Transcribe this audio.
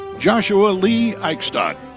joshua lee eichstadt.